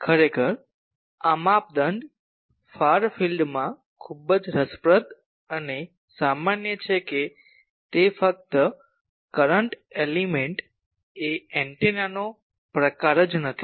ખરેખર આ માપદંડ ફાર ફિલ્ડમાં ખૂબ જ રસપ્રદ અને સામાન્ય છે કે તે ફક્ત કરંટ એલિમેન્ટએ એન્ટેનો પ્રકાર જ નથી